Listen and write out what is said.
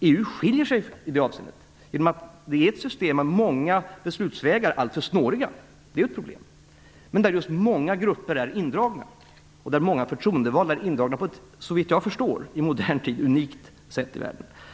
EU skiljer sig i det avseendet genom att det är ett system där visserligen många beslutsvägar är alltför snåriga, vilket är ett problem, men där många grupper och många förtroendevalda är indragna på ett såvitt jag förstår unikt sätt i världen i modern tid.